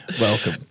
Welcome